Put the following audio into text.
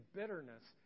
bitterness